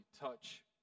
touch